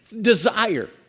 desire